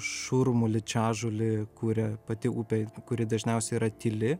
šurmulį čežulį kuria pati upė kuri dažniausia yra tyli